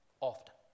often